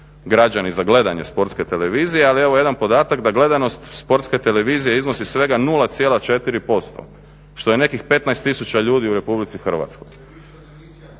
građani za gledanje Sportske televizije, ali evo jedan podatak da gledanost Sportske televizije iznosi svega 0,4%, što je nekih 15 tisuća ljudi u Republici Hrvatskoj.